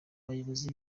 abayobozi